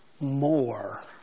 more